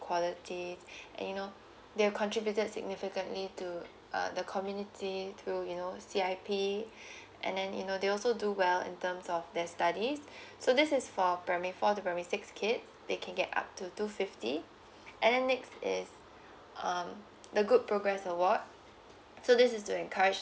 qualities and you know they have contributed significantly to uh the community to you know C_I_P and then you know they also do well in terms of their studies so this is for primary four to primary six kids they can get up to two fifty and then next is um the good progress award so this is to encourage